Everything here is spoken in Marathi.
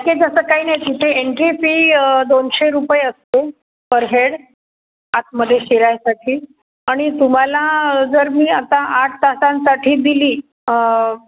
ओके तसं काही नाही तिथे एन्ट्री फी दोनशे रुपये असते पर हेड आतमध्ये शिरायसाठी आणि तुम्हाला जर मी आता आठ तासांसाठी दिली